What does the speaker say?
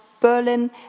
Berlin